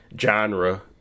genre